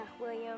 William